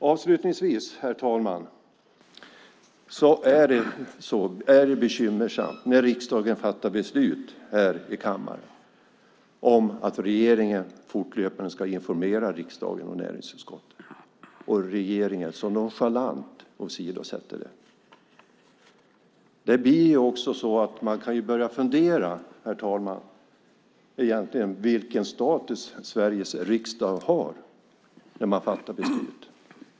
Avslutningsvis, herr talman, vill jag säga att det är bekymmersamt när riksdagen fattar beslut här i kammaren om att regeringen fortlöpande ska informera riksdagen och näringsutskottet, och regeringen sedan så nonchalant åsidosätter det. Man kan börja fundera, herr talman, på vilken status Sveriges riksdag egentligen har när man fattar beslut.